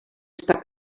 està